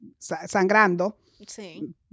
sangrando